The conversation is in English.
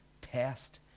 test